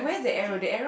okay